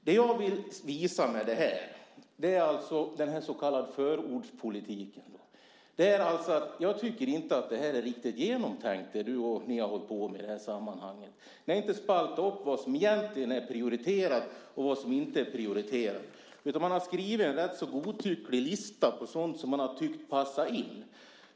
Det jag vill visa med det här, den så kallade förordspolitiken, är att jag inte tycker att det är riktigt genomtänkt, det du och ni har hållit på med i det här sammanhanget. Ni har inte spaltat upp vad som egentligen är prioriterat och vad som inte är prioriterat, utan ni har skrivit en rätt så godtycklig lista på sådant som ni har tyckt passar in.